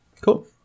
Cool